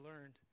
learned